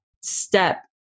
step